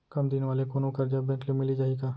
कम दिन वाले कोनो करजा बैंक ले मिलिस जाही का?